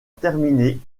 terminée